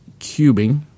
cubing